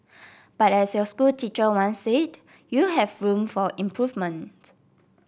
but as your school teacher once said you have room for improvement